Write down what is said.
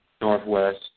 Northwest